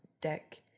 deck